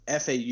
FAU